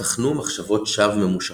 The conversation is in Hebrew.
ייתכנו מחשבות שווא ממושכות.